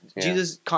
Jesus